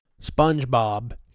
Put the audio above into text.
Spongebob